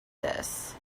this